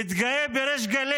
מתגאה בריש גלי